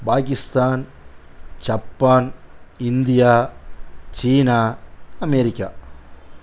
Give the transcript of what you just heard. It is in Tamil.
பாகிஸ்தான் ஜப்பான் இந்தியா சீனா அமேரிக்கா